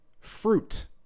Fruit